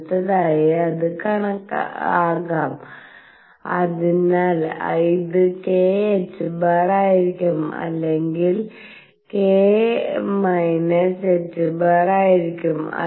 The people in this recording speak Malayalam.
അടുത്തതായി ഇത് ആകാം അതിനാൽ ഇത് kℏ ആയിരിക്കും അല്ലെങ്കിൽ k−ℏ ആയിരിക്കും